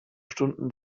stunden